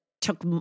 took